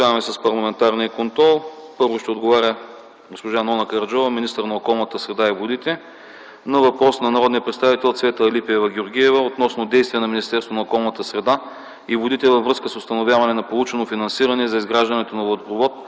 Първо ще отговаря госпожа Нона Караджова – министър на околната среда и водите, на въпрос на народния представител Цвета Алипиева Георгиева относно действия на Министерството на околната среда и водите във връзка с установяване на получено финансиране за изграждането на водопровод